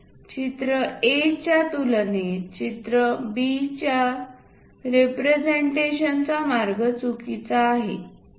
चित्र A च्या तुलनेत चित्र B चा रिप्रेझेंटेशन चा मार्ग चुकीचा आहे का